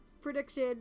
prediction